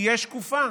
תהיה שקופה,